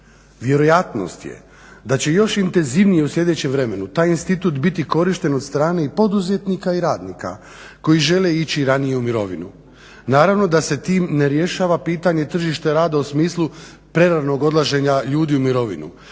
Vjerojatnost je da će još intenzivnije u sljedećem vremenu taj institut biti korišten od strane i poduzetnika i radnika koji žele ići ranije u mirovinu. naravno da se tim ne rješava pitanje tržišta rada u smislu preranog odlaženja ljudi u mirovinu,